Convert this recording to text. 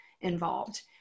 involved